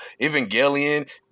evangelion